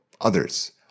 others